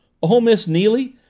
oh, miss neily,